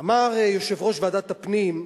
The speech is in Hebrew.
אמר יושב-ראש ועדת הפנים,